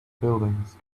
buildings